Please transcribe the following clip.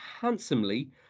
handsomely